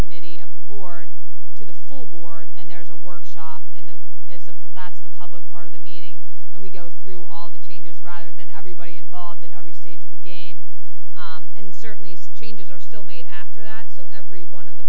committee of the board to the full board and there's a workshop and then it's a play that's the public part of the meeting and we go through all the changes rather than everybody involved at every stage of the game and certainly east changes are still made after that so every one of the